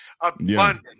Abundant